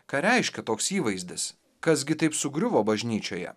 ką reiškia toks įvaizdis kas gi taip sugriuvo bažnyčioje